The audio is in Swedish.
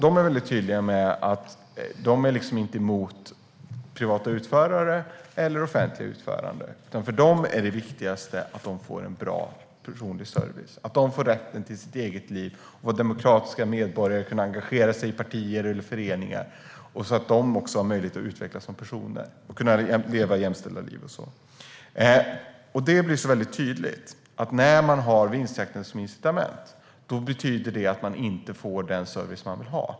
De var tydliga med att de inte är emot vare sig privata eller offentliga utförare. För dem är det viktigaste att de får en bra och personlig service, att de får rätten till sitt eget liv, att de som medborgare ska kunna engagera sig i partier eller föreningar, ha möjlighet att utvecklas som personer och kunna leva jämställda liv. Det blir så tydligt att när man har vinstjakten som incitament betyder det att människor inte får den service som de vill ha.